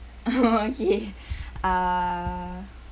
okay uh